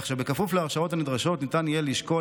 כך שבכפוף להרשאות הנדרשות ניתן יהיה לשקול